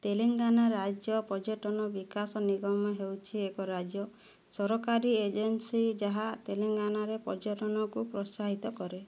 ତେଲେଙ୍ଗାନା ରାଜ୍ୟ ପର୍ଯ୍ୟଟନ ବିକାଶ ନିଗମ ହେଉଛି ଏକ ରାଜ୍ୟ ସରକାରୀ ଏଜେନ୍ସି ଯାହା ତେଲେଙ୍ଗାନାରେ ପର୍ଯ୍ୟଟନକୁ ପ୍ରୋତ୍ସାହିତ କରେ